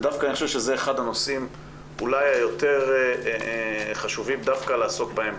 אני חושב שזה אחד הנושאים אולי היותר חשובים דווקא לעסוק בהם,